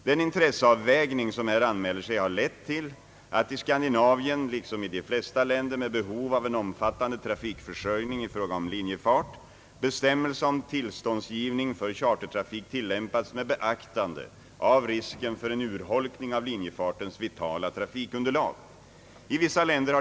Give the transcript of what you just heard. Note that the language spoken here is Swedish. Den intresseavvägning som här anmäler sig har lett till att i Skandinavien, liksom i de flesta länder med behov av en omfattande trafikförsörjning i fråga om linjefart, bestämmelserna om tillståndsgivning för chartertrafik tillämpats med beaktande av risken för en urholkning av linjefartens vitala trafikunderlag.